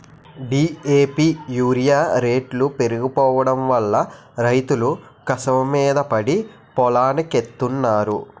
DAP urea రేట్లు పెరిగిపోడంవల్ల రైతులు కసవమీద పడి పొలానికెత్తన్నారు